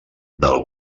del